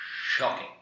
shocking